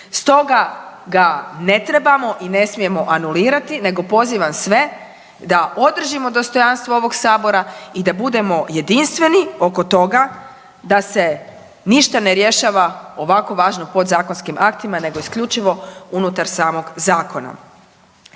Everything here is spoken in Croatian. Stoga ga ne trebamo i ne smijemo anulirati nego pozivam sve da održimo dostojanstvo ovog sabora i da budemo jedinstveni oko toga da se ništa ne rješava ovako važno podzakonskim aktima nego isključivo unutar samog zakona.